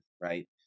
right